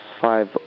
five